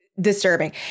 disturbing